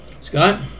Scott